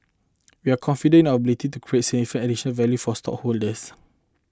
we are confident in our ability to create significant additional value for our stockholders